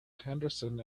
henderson